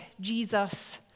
Jesus